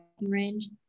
range